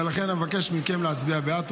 ולכן אני מבקש מכם להצביע בעד.